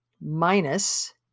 minus